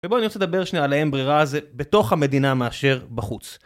ובואי אני רוצה לדבר שניה על ההם ברירה הזו בתוך המדינה מאשר בחוץ.